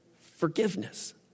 forgiveness